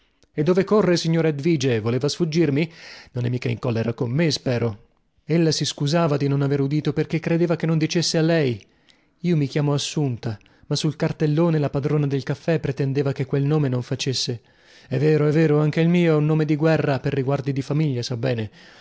e dove corre signora edvige voleva sfuggirmi non è mica in collera con me spero ella si scusava di non aver udito perchè credeva che non dicesse a lei io mi chiamo assunta ma sul cartellone la padrona del caffè pretendeva che quel nome non facesse è vero è vero anche il mio è un nome di guerra per riguardi di famiglia sa bene